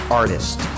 artist